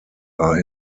are